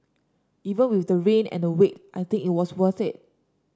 even with the rain and the wait I think it was worth it